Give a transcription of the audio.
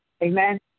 Amen